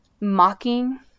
mocking